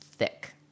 thick